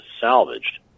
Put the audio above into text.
salvaged